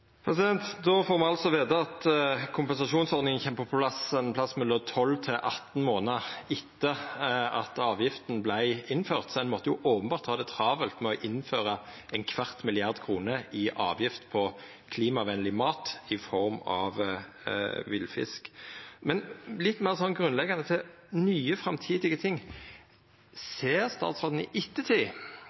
får me altså veta at kompensasjonsordninga kjem på plass ein plass mellom 12 og 18 månader etter at avgifta vart innført, så ein må openbert ha hatt det travelt med å innføra ein kvart milliard kroner i avgifter på klimavenleg mat i form av villfisk. Men litt meir grunnleggjande til nye, framtidige ting: Ser statsråden i